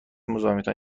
مزاحمتان